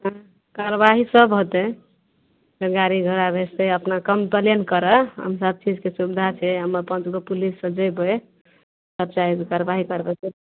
हँ कारवाही सभ होतय गाड़ी घोड़ा भेजतय अपना कमप्लेन करऽ हम सभचीजके सुविधा छै हम अपन दुगो पुलिस सभ देबय सभ कारवाही करबय